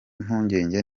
impungenge